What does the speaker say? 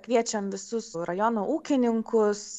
kviečiam visus rajono ūkininkus